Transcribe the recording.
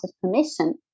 permission